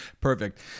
perfect